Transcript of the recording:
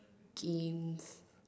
games